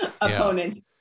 opponents